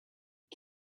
you